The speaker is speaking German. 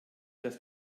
dass